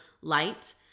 light